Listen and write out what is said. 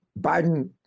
Biden